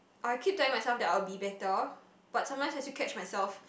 I keep telling myself that I will be better but sometimes I still catch myself